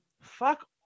Fuck